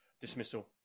dismissal